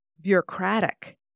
bureaucratic